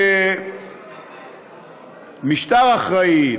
כמשטר אחראי,